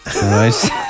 Nice